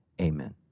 amen